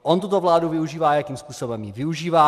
On tuto vládu využívá, jakým způsobem ji využívá.